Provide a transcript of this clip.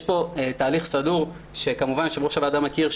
יש פה תהליך סדור שיושב-ראש הוועדה מכיר,